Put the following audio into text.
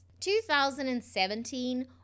2017